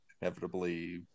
inevitably